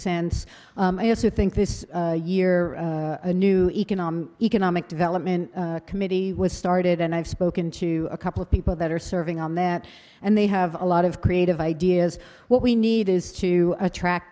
sense i also think this year a new economic economic development committee was started and i've spoken to a couple of people that are serving on that and they have a lot of creative ideas what we need is to attract